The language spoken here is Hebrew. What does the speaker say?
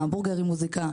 ההמבורגר עם מוזיקה,